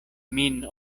min